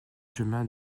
chemin